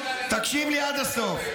חבל שלא באת לדיון היום,